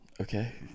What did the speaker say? Okay